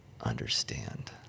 understand